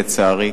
לצערי,